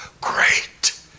great